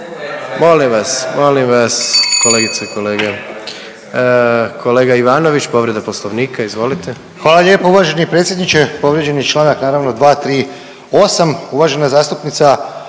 Molim vas, molim vas kolegice i kolege. Kolega Ivanović povreda Poslovnika, izvolite. **Ivanović, Goran (HDZ)** Hvala lijepa uvaženi predsjedniče. Povrijeđen je članak naravno 238., uvažena zastupnica